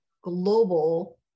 global